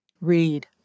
Read